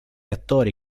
attori